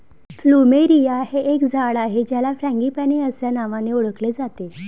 plumeria हे एक झाड आहे ज्याला फ्रँगीपानी अस्या नावानी ओळखले जाते